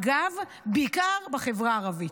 אגב, בעיקר בחברה הערבית.